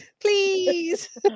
please